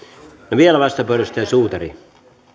vielä vastauspuheenvuoro edustaja suutari